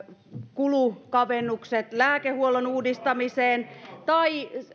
kulukavennukset lääkehuollon uudistamiseen tai